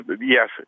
yes